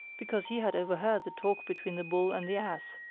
because he had overheard the talk between the bull and the ass,